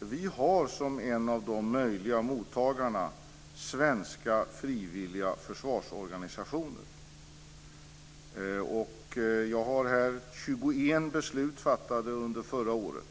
Vi har bland möjliga mottagare svenska frivilliga försvarsorganisationer. Jag har här 21 beslut fattade under förra året.